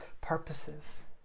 purposes